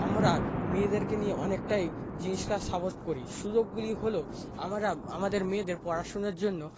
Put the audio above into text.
আমারা মেয়েদেরকে নিয়ে অনেকটাই জিনিসটার সাপোর্ট করি সুযোগগুলি হল আমরা আমাদের মেয়েদের পড়াশোনার জন্য